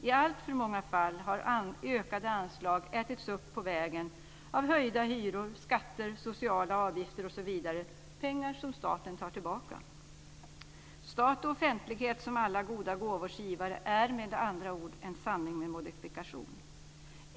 I alltför många fall har ökade anslag ätits upp på vägen av höjda hyror, skatter, sociala avgifter osv., pengar som staten tar tillbaka. Stat och offentlighet som alla goda gåvors givare är med andra ord en sanning med modifikation.